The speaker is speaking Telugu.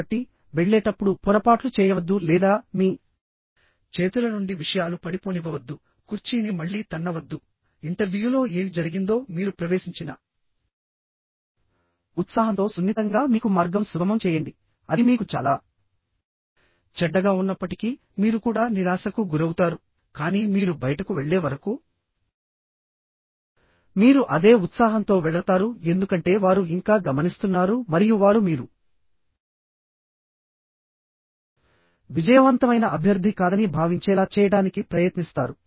కాబట్టి వెళ్ళేటప్పుడు పొరపాట్లు చేయవద్దు లేదా మీ చేతుల నుండి విషయాలు పడిపోనివ్వవద్దు కుర్చీని మళ్లీ తన్నవద్దు ఇంటర్వ్యూలో ఏమి జరిగిందో మీరు ప్రవేశించిన ఉత్సాహంతో సున్నితంగా మీకు మార్గం సుగమం చేయండి అది మీకు చాలా చెడ్డగా ఉన్నప్పటికీ మీరు కూడా నిరాశకు గురవుతారు కానీ మీరు బయటకు వెళ్ళే వరకు మీరు అదే ఉత్సాహంతో వెళతారు ఎందుకంటే వారు ఇంకా గమనిస్తున్నారు మరియు వారు మీరు విజయవంతమైన అభ్యర్థి కాదని భావించేలా చేయడానికి ప్రయత్నిస్తారు